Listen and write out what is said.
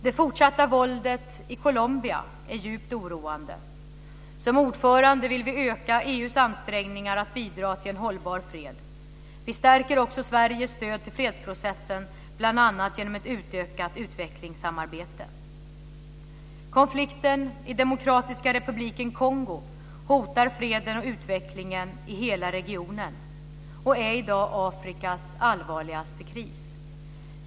Det fortsatta våldet i Colombia är djupt oroande. Som ordförande vill vi öka EU:s ansträngningar att bidra till en hållbar fred. Vi stärker också Sveriges stöd till fredsprocessen, bl.a. genom ett utökat utvecklingssamarbete. Konflikten i Demokratiska Republiken Kongo hotar freden och utvecklingen i hela regionen och är i dag Afrikas allvarligaste kris.